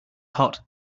hot